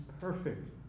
perfect